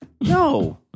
no